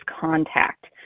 contact